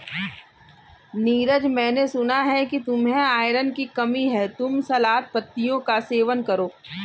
नीरज मैंने सुना कि तुम्हें आयरन की कमी है तुम सलाद पत्तियों का सेवन करो